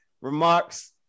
remarks